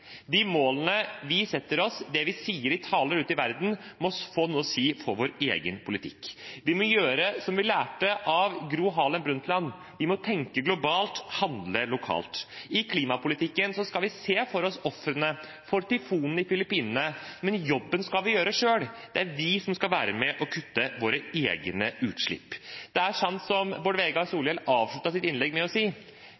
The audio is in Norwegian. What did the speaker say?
De målene vi setter oss, det vi sier i taler ute i verden, må få noe å si for vår egen politikk. Vi må gjøre som vi lærte av Gro Harlem Brundtland: Vi må tenke globalt og handle lokalt. I klimapolitikken skal vi se for oss ofrene for tyfonen på Filippinene, men jobben skal vi gjøre selv. Det er vi som skal være med og kutte våre egne utslipp. Det er sant som Bård Vegar Solhjell avsluttet sitt innlegg med å si: